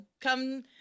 come